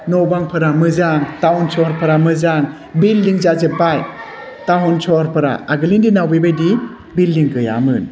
न' बांफोरा मोजां टाउन सोहोरफोरा मोजां बिल्डिं जाजोब्बाय टाउन सोहोरफोरा आगोलनि दिनाव बेबायदि बिल्डिं गैयामोन